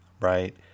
right